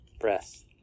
breath